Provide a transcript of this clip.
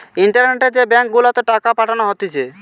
ইন্টারনেটে যে ব্যাঙ্ক গুলাতে টাকা পাঠানো হতিছে